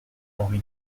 henri